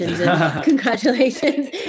Congratulations